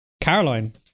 Caroline